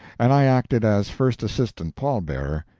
and i acted as first assistant pall-bearer,